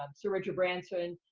um sir richard branson,